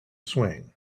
swing